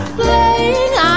playing